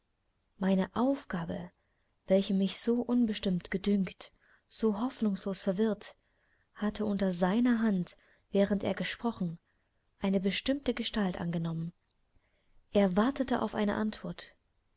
meine aufgabe welche mich so unbestimmt gedünkt so hoffnungslos verwirrt hatte unter seiner hand während er gesprochen eine bestimmte gestalt angenommen er wartete auf eine antwort